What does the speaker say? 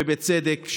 ובצדק,